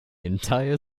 entire